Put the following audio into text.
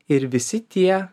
ir visi tie